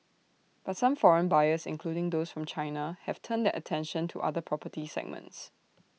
but some foreign buyers including those from China have turned their attention to other property segments